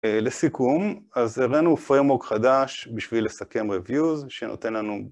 לסיכום, אז הראינו פרמוג חדש בשביל לסכם Reviews שנותן לנו